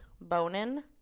Bonin